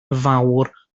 fawr